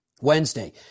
Wednesday